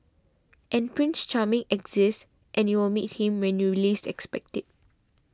and Prince Charming exists and you will meet him when you least expect it